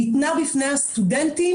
ניתנה בפני הסטודנטים.